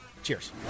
Cheers